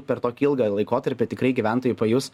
per tokį ilgą laikotarpį tikrai gyventojai pajus